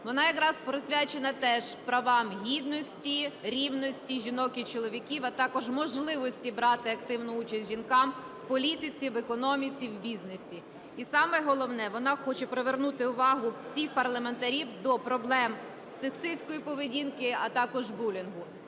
Вона якраз присвячена теж правам гідності, рівності жінок і чоловіків, а також можливості брати активну участь жінкам в політиці, в економіці, в бізнесі. І саме головне, вона хоче привернути увагу всіх парламентарів до проблем сексистської поведінки, а також булінгу.